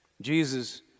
Jesus